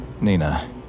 Nina